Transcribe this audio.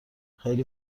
خیلی